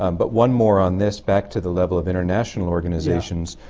um but one more on this. back to the level of international organizations.